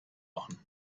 machen